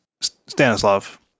Stanislav